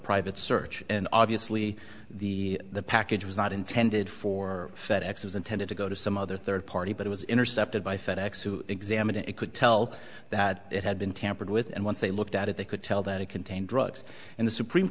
private search and obviously the the package was not intended for fed ex was intended to go to some other third party but it was intercepted by fed ex who examined it could tell that it had been tampered with and once they looked at it they could tell that it contained drugs in the supreme